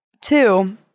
two